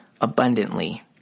abundantly